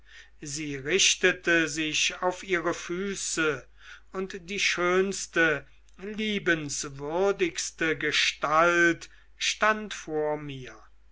sie richtete sich auf ihre füße und die schönste liebenswürdigste gestalt stand vor mir